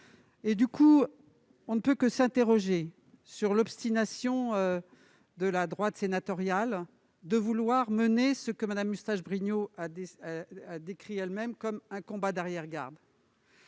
Aussi, on ne peut que s'interroger sur l'obstination de la droite sénatoriale à vouloir mener ce que Mme Eustache-Brinio a décrit elle-même comme un combat d'arrière-garde.